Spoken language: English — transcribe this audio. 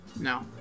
No